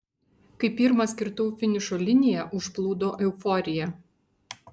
kai pirmas kirtau finišo liniją užplūdo euforija